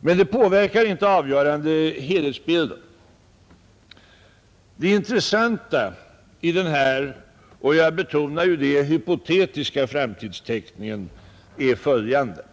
men det påverkar inte avgörande helhetsbilden. Det intressanta i den här — jag betonar det — hypotetiska framtidsteckningen är följande.